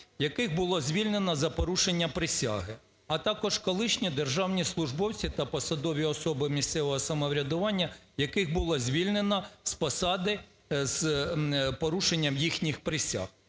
яких було звільнено за порушення присяги, а також колишні державні службовці та посадові особи місцевого самоврядування, яких було звільнено з посади з порушенням їхніх присяг.